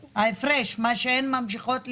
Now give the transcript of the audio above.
ההפרש, מה שהנשים ממשיכות לשלם.